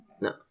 No